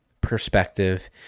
perspective